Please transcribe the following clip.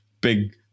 big